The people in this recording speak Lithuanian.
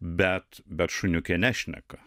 bet bet šuniukė nešneka